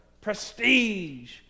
prestige